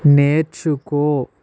నేర్చుకో